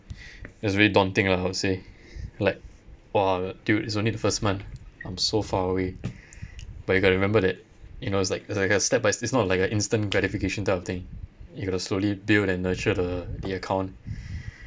it's very daunting lah I would say like !wah! dude it's only the first month I'm so far away but you gotta remember that you know it's like like a step by it's not like a instant gratification type of thing you gotta slowly build and nurture the the account